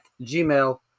gmail